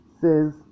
says